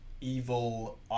evil